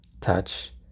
touch